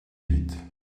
huit